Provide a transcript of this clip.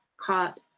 caught